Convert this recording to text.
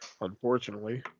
unfortunately